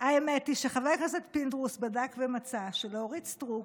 האמת היא שחבר הכנסת פינדרוס בדק ומצא שלאורית סטרוק